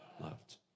loved